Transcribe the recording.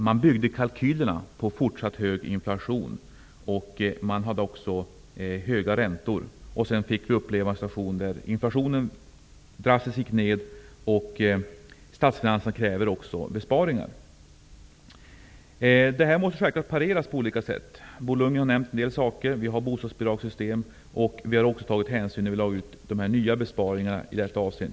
Kalkylerna grundades på fortsatt hög inflation och höga räntor. Sedan har vi fått uppleva att inflationen drastiskt gått ned och att statsfinanserna kräver besparingar. Denna situation måste pareras på olika sätt. Bo Lundgren har nämnt en del saker. Det finns bostadsbidragssystem, och det har tagits hänsyn till nya besparingar i detta avseende.